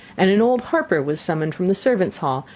and an old harper was summoned from the servants' hall,